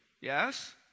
Yes